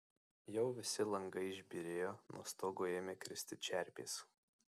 jau visi langai išbyrėjo nuo stogo ėmė kristi čerpės